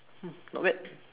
hmm not bad